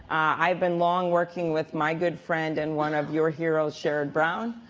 i've been long working with my good friend and one of your heroes, sherrod brown,